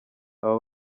aba